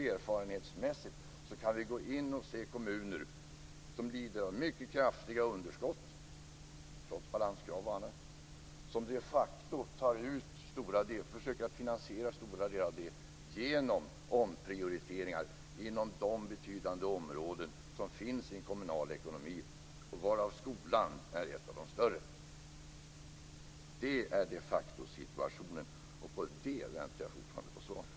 Erfarenhetsmässigt kan vi se att kommuner som lider av mycket kraftiga underskott, trots balanskrav och annat, de facto försöker finansiera stora delar av detta genom omprioriteringar inom de betydande områden som finns i en kommunal ekonomi, varav skolan är ett av de större. Det är de facto situationen, och när det gäller den väntar jag fortfarande på svar.